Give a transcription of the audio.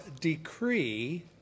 decree